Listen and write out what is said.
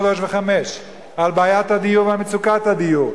שלוש וחמש על בעיית הדיור ומצוקת הדיור,